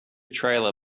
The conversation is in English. trailer